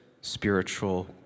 spiritual